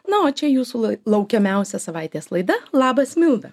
na o čia jūsų laukiamiausia savaitės laida labas milda